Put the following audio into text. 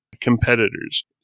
competitors